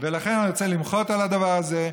ולכן אני רוצה למחות על הדבר הזה.